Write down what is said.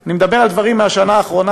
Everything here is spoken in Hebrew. אני מדבר על דברים מהשנה האחרונה,